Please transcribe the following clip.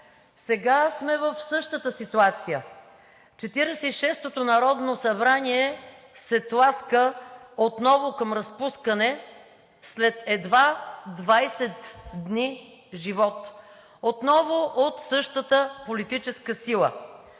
Сега сме в същата ситуация. Четиридесет и шестото народно събрание се тласка отново към разпускане след едва 20 дни живот отново от същата политическа сила.